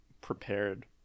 prepared